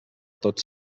tots